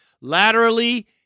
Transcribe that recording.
Laterally